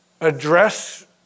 address